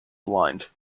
blind